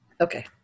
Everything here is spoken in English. Okay